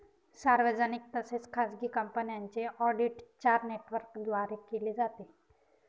सार्वजनिक तसेच खाजगी कंपन्यांचे ऑडिट चार नेटवर्कद्वारे केले जाते